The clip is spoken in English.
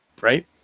right